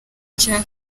cya